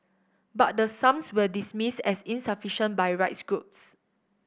but the sums were dismissed as insufficient by rights groups